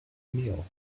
meal